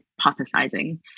hypothesizing